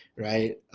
right,